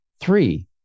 Three